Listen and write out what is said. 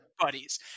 buddies